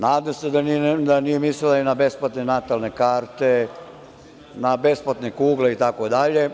Nadam se da nije mislila i na besplatne natalne karte, na besplatne kugle, itd.